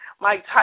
Mike